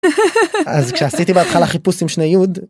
אז כשעשיתי בהתחלה חיפוש עם שני יוד